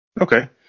Okay